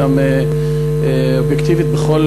וגם אובייקטיבית בכל